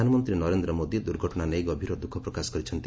ପ୍ରଧାନମନ୍ତ୍ରୀ ନରେନ୍ଦ୍ର ମୋଦି ଦୁର୍ଘଟଣା ନେଇ ଗଭୀର ଦ୍ରୁଃଖ ପ୍ରକାଶ କରିଛନ୍ତି